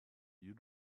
you